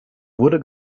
wurde